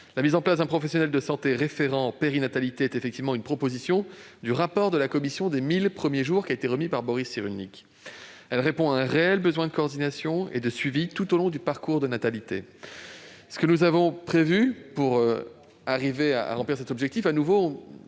La mise en place d'un professionnel de santé référent de périnatalité correspond effectivement à une proposition du rapport de la Commission des 1 000 premiers jours, remis par Boris Cyrulnik. Elle répond à un réel besoin de coordination et de suivi tout au long du parcours de natalité. Ce que nous avons prévu pour atteindre cet objectif, sur lequel,